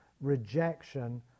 rejection